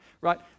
Right